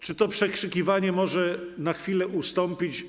Czy to przekrzykiwanie może na chwilę ustąpić?